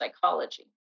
psychology